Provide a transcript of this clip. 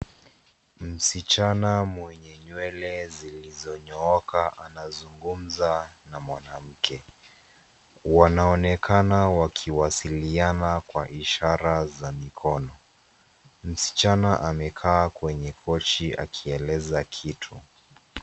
Msichana mwenye nywele zilizonyooka anazungumza na mwanamke, wanaonekana wakiwasiliana kwa ishara za mikono, msichana amekaa kwenye kochi akieleza kitu.